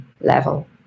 level